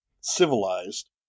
civilized